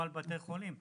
בתי חולים.